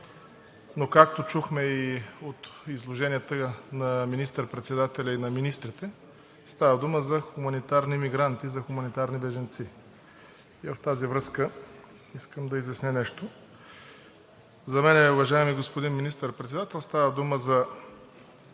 но както чухме и от изложенията на министър-председателя, и на министрите, става дума за хуманитарни емигранти, за хуманитарни бежанци. В тази връзка искам да изясня нещо. За мен, уважаеми господин Министър-председател, става дума за